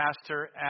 pastor